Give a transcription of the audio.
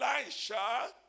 Elisha